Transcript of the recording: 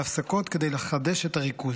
והפסקות כדי לחדש את הריכוז.